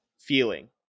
feeling